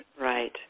right